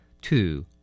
two